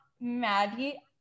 Maddie